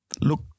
Look